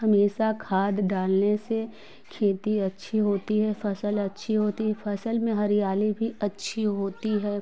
हमेशा खाद डालने से खेती अच्छी होती है फसल अच्छी होती है फसल में हरियाली भी अच्छी होती है